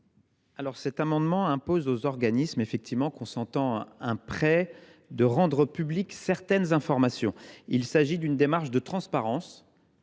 ? Cet amendement tend à imposer aux organismes consentant un prêt de rendre publiques certaines informations. Il s’agit d’une démarche de transparence